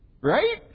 Right